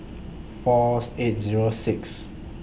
Fourth eight Zero Sixth